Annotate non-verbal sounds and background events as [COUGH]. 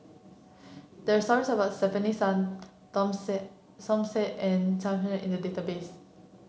there stories about Stefanie Dom Said Som Said and Sai Hua [UNINTELLIGIBLE] in the database